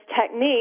technique